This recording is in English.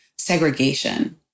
Segregation